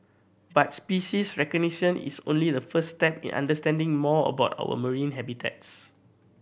but species recognition is only the first step in understanding more about our marine habitats